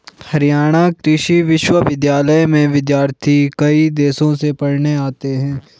हरियाणा कृषि विश्वविद्यालय में विद्यार्थी कई देशों से पढ़ने आते हैं